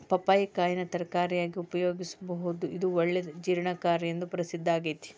ಪಪ್ಪಾಯಿ ಕಾಯಿನ ತರಕಾರಿಯಾಗಿ ಉಪಯೋಗಿಸಬೋದು, ಇದು ಒಳ್ಳೆ ಜೇರ್ಣಕಾರಿ ಎಂದು ಪ್ರಸಿದ್ದಾಗೇತಿ